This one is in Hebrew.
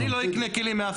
אני לא אקנה כלים מאף אחד.